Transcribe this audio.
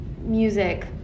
music